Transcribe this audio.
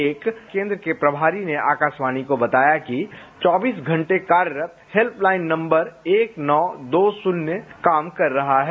एक केंद्र के प्रभारी ने आकाशवाणी को बताया कि चौबीस घंटे कार्यरत हेल्पलाइन नंबर एक नौ दो शून्य काम कर रहा है